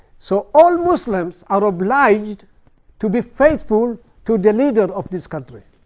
so all muslims are obliged to be faithful to the leader of this country.